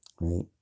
right